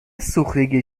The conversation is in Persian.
سوختگی